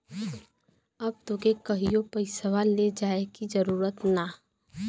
अब तोके कहींओ पइसवा ले जाए की जरूरत ना